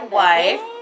wife